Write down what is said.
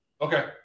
Okay